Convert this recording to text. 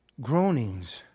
groanings